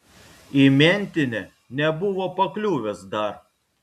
į mentinę nebuvo pakliuvęs dar